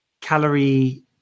calorie